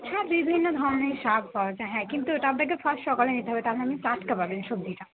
হ্যাঁ বিভিন্ন ধরণের শাক পাওয়া যায় হ্যাঁ কিন্তু ওটা আপনাকে ফার্স্ট সকালে নিতে হবে তাহলে আপনি টাটকা পাবেন সবজিটা